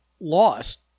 lost